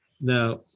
Now